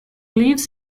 lives